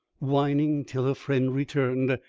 whining till her friend returned,